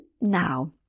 now